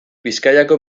bizkaiko